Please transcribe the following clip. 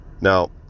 now